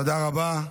תודה רבה.